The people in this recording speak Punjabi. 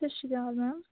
ਸਤਿ ਸ੍ਰੀ ਅਕਾਲ ਮੈਮ